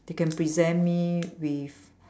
they can present me with